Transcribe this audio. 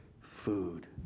food